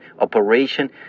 operation